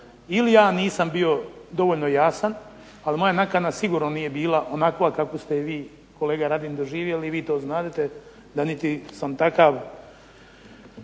Ili ja nisam bio dovoljno jasan, ali moja nakana sigurno nije bila onakva kakvu ste je vi kolega Radin doživjeli, vi to znadete da niti sam takav.